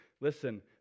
Listen